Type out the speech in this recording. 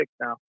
now